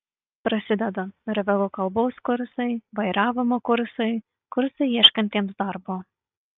prasideda norvegų kalbos kursai vairavimo kursai kursai ieškantiems darbo